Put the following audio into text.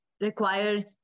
requires